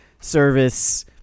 service